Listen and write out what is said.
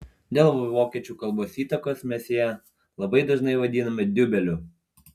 dėl vokiečių kalbos įtakos mes ją labai dažnai vadiname diubeliu